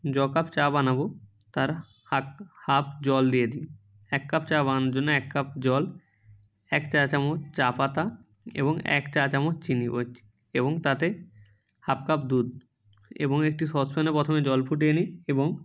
য কাপ চা বানাবো তার হাফ হাফ জল দিয়ে দিই এক কাপ চা বানানোর জন্য এক কাপ জল এক চা চামচ চা পাতা এবং এক চা চামচ চিনি এবং তাতে হাফ কাপ দুধ এবং একটি সস প্যানে প্রথমে জল ফুটিয়ে নিই এবং